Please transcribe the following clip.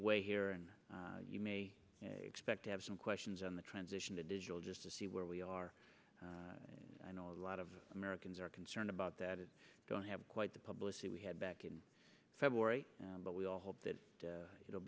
away here and you may expect to have some questions on the transition to digital just to see where we are and i know a lot of americans are concerned about that it don't have quite the publicity we had back in february but we all hope that